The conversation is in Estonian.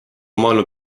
maailma